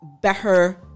better